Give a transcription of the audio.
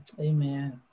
Amen